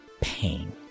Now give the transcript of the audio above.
pain